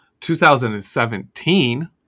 2017